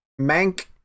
Mank